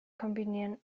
kombinieren